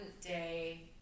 day